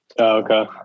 Okay